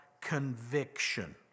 conviction